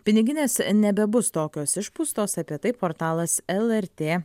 piniginės nebebus tokios išpūstos apie tai portalas lrt